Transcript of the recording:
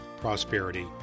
prosperity